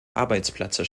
arbeitsplätze